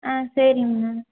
ஆ சரிங்கண்ணா